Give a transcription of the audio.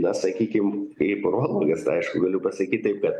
na sakykime kaip urologas aišku galiu pasakyt taip kad